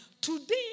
Today